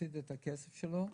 להפסיד את הכסף שלו,